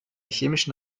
chemischen